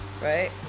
right